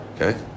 Okay